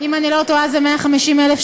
אם אנחנו כאלה גרועים?